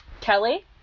Kelly